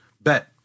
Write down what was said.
Bet